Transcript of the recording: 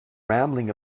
rambling